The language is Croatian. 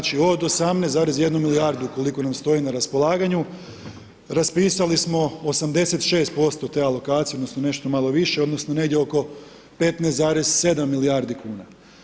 Znači od 18,1 milijardi koliko nam stoji na raspolaganju, raspisali smo 86% te alokacije, odnosno, nešto malo više, odnosno, negdje oko 15,7 milijardi kn.